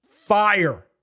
fire